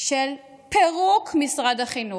של פירוק משרד החינוך.